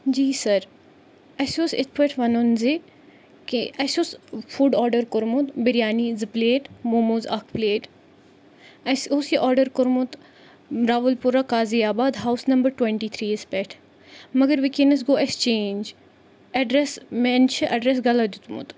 جی sir اَسہِ اوس یِتھ پٲٹھۍ وَنُن زِ کہِ اَسہِ اوس فُڈ آڈَر کوٚرمُت بِریانی زٕ پٕلیٹ موموز اَکھ پلیٹ اَسہِ اوس یہِ آڈَر کوٚرمُت Rawalpora Qazi Abad house number twenty three yes پٮ۪ٹھ مگر وٕنکٮ۪نَس گوٚو اَسہِ چینٛج اٮ۪ڈرٮ۪س مین چھِ اٮ۪ڈرٮ۪س غلط دیُتمُت